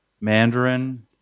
mandarin